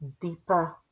deeper